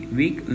week